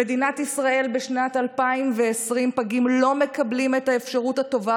במדינת ישראל בשנת 2020 פגים לא מקבלים את האפשרות הטובה